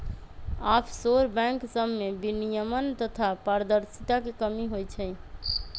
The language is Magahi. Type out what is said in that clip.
आफशोर बैंक सभमें विनियमन तथा पारदर्शिता के कमी होइ छइ